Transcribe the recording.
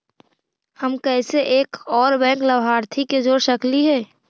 हम कैसे एक और बैंक लाभार्थी के जोड़ सकली हे?